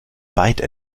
byte